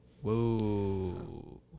Whoa